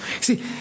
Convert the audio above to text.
See